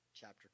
chapter